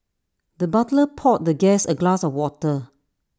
the butler poured the guest A glass of water